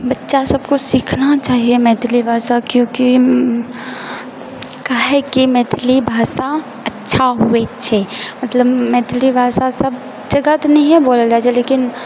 बच्चा सबको सीखना चाहिए मैथिली भाषा किआकि काहेकि मैथिली भाषा अच्छा हुए छै मतलब मैथिली भाषा सब जगह तऽ नहिए बोलल जाइत छै लेकिन